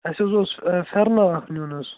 اَسہِ حظ اوس پھٮ۪رنا اَکھ نِیُن حظ